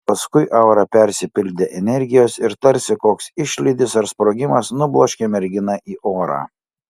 paskui aura persipildė energijos ir tarsi koks išlydis ar sprogimas nubloškė merginą į orą